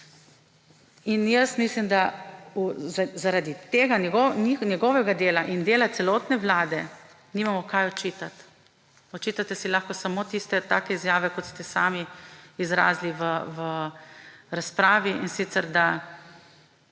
In jaz mislim, da zaradi tega njegovega dela in dela celotne vlade nimamo kaj očitati, očitate si lahko samo tiste izjave, kot ste se sami izrazili v razpravi, in sicer da